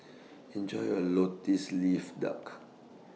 Enjoy your Lotus Leaf Duck